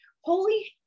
holy